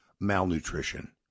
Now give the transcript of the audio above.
malnutrition